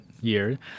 year